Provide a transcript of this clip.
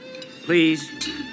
Please